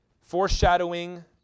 Foreshadowing